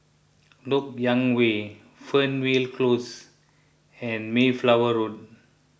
Lok Yang Way Fernvale Close and Mayflower Road